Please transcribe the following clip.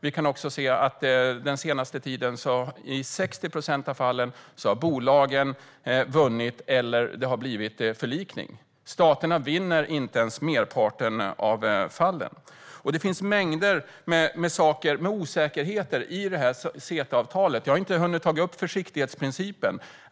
Vi kan också se att bolagen har vunnit eller att det har skett en förlikning i 60 procent av fallen under den senaste tiden. Staterna vinner inte i merparten av fallen. Det finns mängder med osäkerheter i CETA-avtalet. Jag har inte hunnit ta upp försiktighetsprincipen.